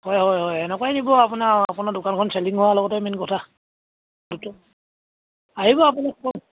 হয় হয় হয় এনেকুৱাই নিব আপোনাৰ আপোনাৰ দোকানখন চেলিং হোৱাৰ লগতে মেইন কথা সেইটো আহিব আপোনাক ক'ৰ